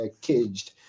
caged